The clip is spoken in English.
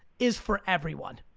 is for everyone,